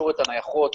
היומיומיות